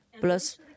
Plus